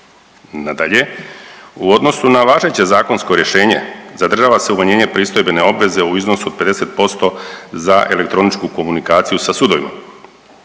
Nadalje, u odnosu na važeće zakonsko rješenje zadržava se umanjenje pristojbene obveze u iznosu od 50% za elektroničku komunikaciju sa sudovima.